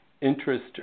interest